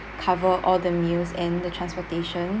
cover all the meals and the transportation